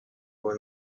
were